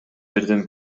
жерден